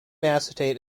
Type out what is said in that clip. acetate